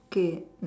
okay